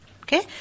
Okay